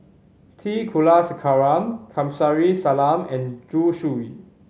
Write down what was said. T Kulasekaram Kamsari Salam and Zhu Xu